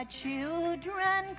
children